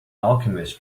alchemist